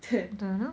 don't know